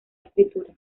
escritura